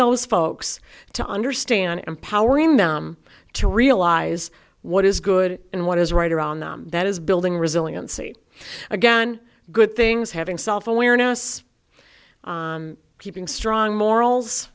those folks to understand empowering them to realize what is good and what is right around them that is building resiliency again good things having self awareness keeping strong morals